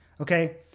Okay